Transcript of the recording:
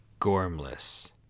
gormless